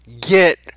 get –